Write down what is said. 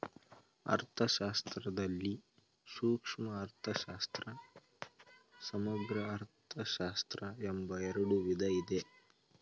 ಅರ್ಥಶಾಸ್ತ್ರದಲ್ಲಿ ಸೂಕ್ಷ್ಮ ಅರ್ಥಶಾಸ್ತ್ರ, ಸಮಗ್ರ ಅರ್ಥಶಾಸ್ತ್ರ ಎಂಬ ಎರಡು ವಿಧ ಇದೆ